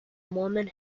mormon